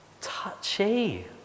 touchy